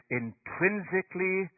intrinsically